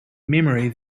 memory